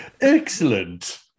Excellent